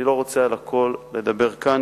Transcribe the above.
אני לא רוצה על הכול לדבר כאן,